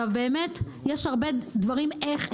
יש הרבה דברים איך,